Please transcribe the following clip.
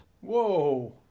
Whoa